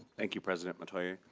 thank you president metoyer.